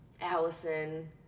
Allison